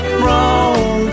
wrong